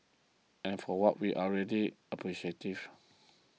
and for what we are ready appreciative